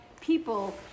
people